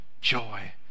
joy